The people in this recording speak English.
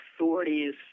authorities